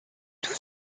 tout